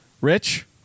Rich